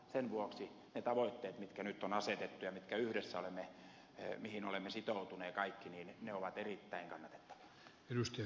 sen vuoksi ne tavoitteet jotka nyt on asetettu ja joihin kaikki yhdessä olemme sitoutuneet ovat erittäin kannatettavia